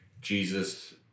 Jesus